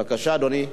בבקשה, אדוני.